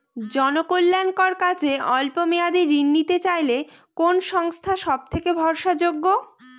জনকল্যাণকর কাজে অল্প মেয়াদী ঋণ নিতে চাইলে কোন সংস্থা সবথেকে ভরসাযোগ্য?